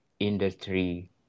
industry